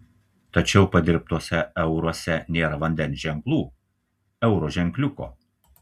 tačiau padirbtuose euruose nėra vandens ženklų euro ženkliuko